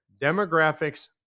demographics